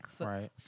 right